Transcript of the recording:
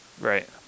right